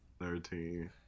thirteen